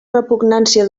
repugnància